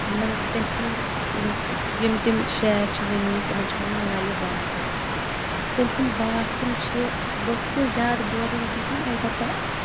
یِمَن تٔمۍ سٕنٛدٮ۪ن یوٚس یِم تِم شعر چھِ ؤنۍمٕتۍ تِمَن چھِ وَنَن لَلِ واکھ تہٕ تٔمۍ سٕنٛدۍ واکھ یِم چھِ بہٕ ٲسٕس نہٕ زیادٕ بوزان کِہیٖنۍ البتہ